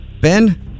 Ben